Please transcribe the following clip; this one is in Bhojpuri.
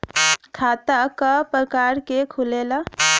खाता क प्रकार के खुलेला?